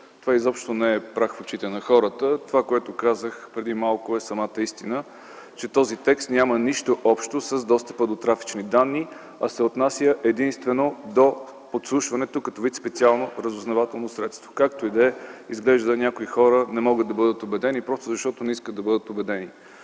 това въобще не е прах в очите на хората. Това, което казах преди малко, е самата истина – този текст няма нищо общо с достъпа до трафични данни, а се отнася единствено до подслушването като вид специално разузнавателно средство. Както и да е, изглежда някои хора не могат да бъдат убедени, просто защото не искат да бъдат убедени.